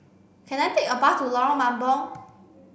can I take a bus to Lorong Mambong